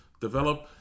develop